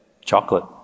Chocolate